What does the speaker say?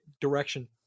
direction